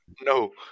No